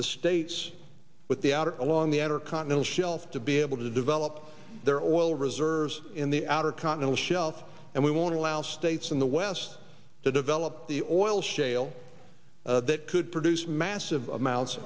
the states with the outer along the outer continental shelf to be able to develop their own oil reserves in the outer continental shelf and we want to allow states in the west to develop the oil shale that could produce massive amounts